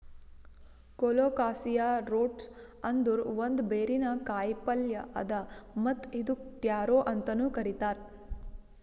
colocasia roots ಅಂದುರ್ ಒಂದ್ ಬೇರಿನ ಕಾಯಿಪಲ್ಯ್ ಅದಾ ಮತ್ತ್ ಇದುಕ್ ಟ್ಯಾರೋ ಅಂತನು ಕರಿತಾರ್